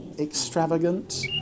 extravagant